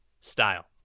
style